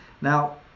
now